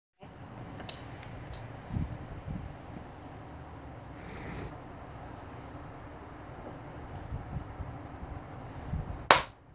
yes okay okay